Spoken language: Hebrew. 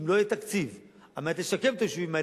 אם לא יהיה תקציב על מנת לשקם את היישובים האלה,